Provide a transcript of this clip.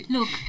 Look